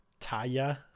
Taya